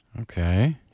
Okay